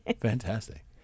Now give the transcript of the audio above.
fantastic